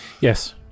Yes